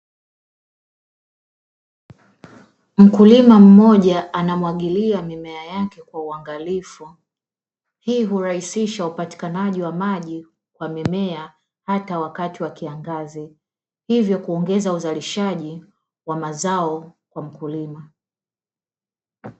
Mkulima mmoja anamwagilia mimea yake kwa uangalifu hii hurahisisha upatikanaji wa maji kwa mimea hata wakati wa kiangazi, hivyo kuongeza uzalishaji wa mazao kwa mkulima.